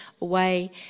away